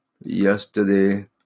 Yesterday